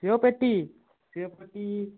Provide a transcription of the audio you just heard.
ସେଓ ପେଟି ସେଓ ପେଟି